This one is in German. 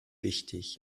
wichtig